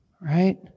Right